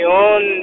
own